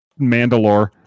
Mandalore